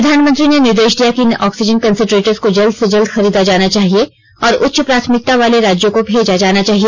प्रधानमंत्री ने निर्देश दिया कि इन ऑक्सीजन कंसेंट्रेटर्स को जल्द से जल्द खरीदा जाना चाहिए और उच्च प्राथमिकता वाले राज्यों को भेजा जाना चाहिए